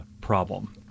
problem